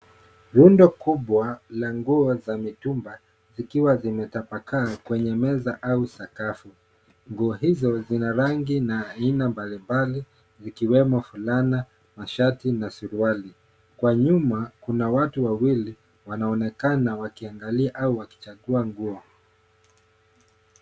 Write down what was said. Rundo kubwa la nguo za mitumba zikiwa zimetapakaa kwenye meza au sakafu. Nguo hizo zina rangi na aina mbalimbali zikiwemo fulana, mashati na suruali. Kwa nyuma, kuna watu wawili wanaonekana wakiangalia au wakichagua nguo.